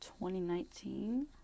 2019